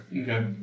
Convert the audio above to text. Okay